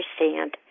understand